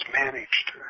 managed